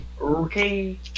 Okay